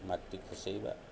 ମାଟି ଖସେଇବା